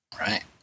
Right